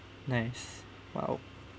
nice !wow!